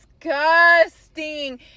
disgusting